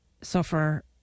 suffer